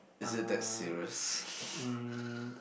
is it that serious